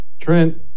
Trent